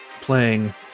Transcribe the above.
playing